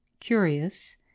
Curious